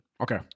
Okay